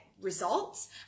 results